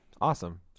Awesome